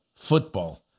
football